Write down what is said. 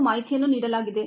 ಕೆಲವು ಮಾಹಿತಿಯನ್ನು ನೀಡಲಾಗಿದೆ